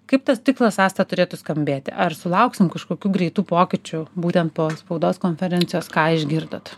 kaip tas tikslas asta turėtų skambėti ar sulauksim kažkokių greitų pokyčių būtent po spaudos konferencijos ką išgirdot